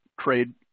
trade